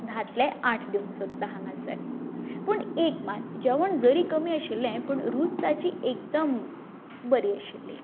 धातले आठ दिवंक सोदता हांगासर पूण एक मात जेवण जरी कमी आशिल्लें पूण रूच ताची एकदम बरी आशिल्ली